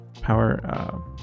power